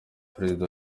perezida